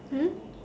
hmm